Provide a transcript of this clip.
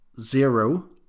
zero